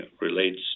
relates